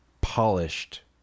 polished